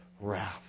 wrath